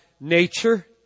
nature